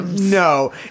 No